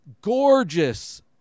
Gorgeous